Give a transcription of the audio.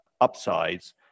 upsides